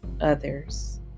others